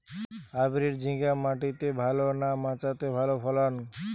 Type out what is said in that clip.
Hybrid ঝিঙ্গা মাটিতে ভালো না মাচাতে ভালো ফলন?